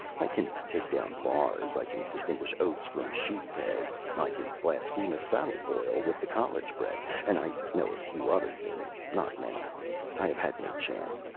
i can take down bars, i can distinguish oats from shoe-pegs, i can blaspheme a saddle-boil with the college-bred, and i know a few other things not many i have had no chance,